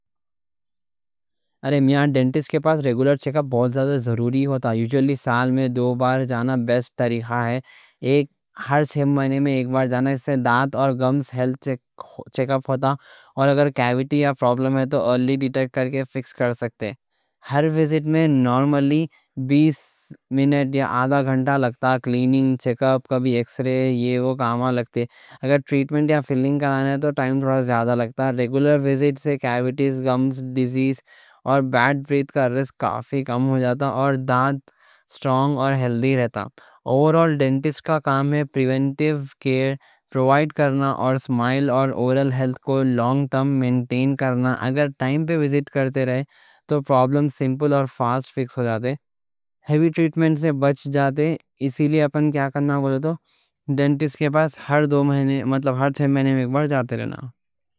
ارے میاں ڈینٹسٹ کے پاس ریگولر چیک اپ بہت ضروری ہوتا۔ یُوزُلی سال میں دو بار جانا بیسٹ طریقہ ہے۔ ہر چھ مہینے میں ایک بار جانا، اِس سے دانت اور گمز ہیلتھ چیک اپ ہوتا۔ اور اگر کیویٹی یا پرابلم ہے تو ارلی ڈیٹیکٹ کر کے فکس کر سکتے ہیں۔ ہر وزٹ میں نارملی بیس منٹ یا آدھا گھنٹہ لگتا ہے۔ کلیننگ، چیک اپ، کبھی ایکس رے، یہ وہ کام لگتے ہیں۔ اگر ٹریٹمنٹ یا فِلنگ کرانا ہے تو ٹائم تھوڑا زیادہ لگتا ہے۔ ریگولر وزٹ سے کیویٹیز، گمز ڈیزیز اور بیڈ بریتھ کا رسک کافی کم ہو جاتا ہے۔ اور دانت سٹرونگ اور ہیلدی رہتا۔ اوورآل ڈینٹسٹ کا کام ہے پرِوینٹِو کیر پرووائیڈ کرنا، اور سمائل اور اورل ہیلتھ کو لانگ ٹرم مینٹین کرنا۔ اگر ٹائم پہ وزٹ کرتے رہے تو پرابلم سمپل اور فاسٹ فکس ہو جاتے۔ اگر ٹریٹمنٹ یا فِلنگ کرانا ہے تو ٹائم تھوڑا زیادہ لگتا ہے۔ ہیوی ٹریٹمنٹ سے بچ جاتے ہیں، اِس لئے اپن کیا کرنا بولے تو۔ ڈینٹسٹ کے پاس ہر چھ مہینے میں ایک بار جاتے رہیں۔